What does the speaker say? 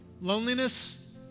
Loneliness